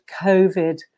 covid